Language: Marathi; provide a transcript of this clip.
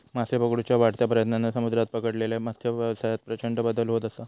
मासे पकडुच्या वाढत्या प्रयत्नांन समुद्रात पकडलेल्या मत्सव्यवसायात प्रचंड बदल होत असा